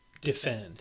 defend